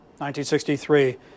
1963